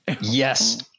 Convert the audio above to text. Yes